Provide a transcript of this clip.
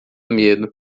medo